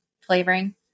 flavoring